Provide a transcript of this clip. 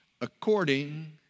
according